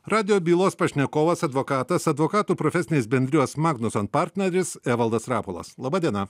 radijo bylos pašnekovas advokatas advokatų profesinės bendrijos magnus and partneris evaldas rapolas laba diena